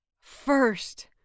First